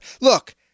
Look